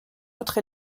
autre